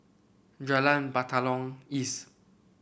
Jalan Batalong East